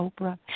Oprah